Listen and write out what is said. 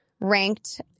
ranked